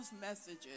messages